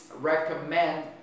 recommend